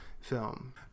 film